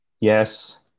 Yes